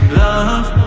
love